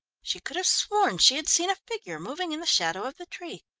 she could have sworn she had seen a figure moving in the shadow of the tree,